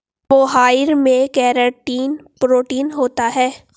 मोहाइर में keratin protein होता है